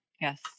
Yes